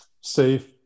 safe